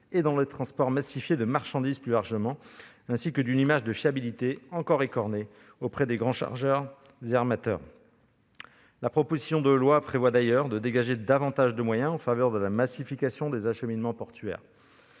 dans le transport massifié de marchandises, ainsi que d'une image de fiabilité encore écornée auprès des grands chargeurs et armateurs. La proposition de loi prévoit d'ailleurs de dégager davantage de moyens en faveur de la massification des acheminements portuaires.